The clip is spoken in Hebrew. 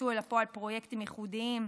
יצאו אל הפועל פרויקטים ייחודיים,